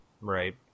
right